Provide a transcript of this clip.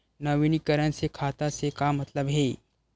नवीनीकरण से खाता से का मतलब हे?